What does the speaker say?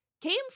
came